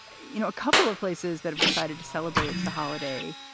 you know, a couple of places that have decided to celebrate the holiday.